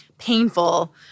painful